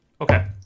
Okay